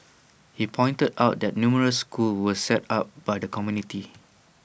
he pointed out that numerous schools were set up by the community